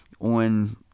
on